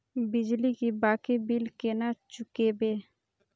बिजली की बाकी बील केना चूकेबे?